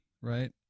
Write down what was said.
right